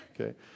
Okay